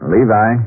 Levi